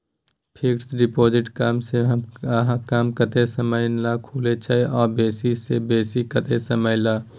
Fixed deposit कम स कम कत्ते समय ल खुले छै आ बेसी स बेसी केत्ते समय ल?